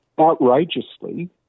outrageously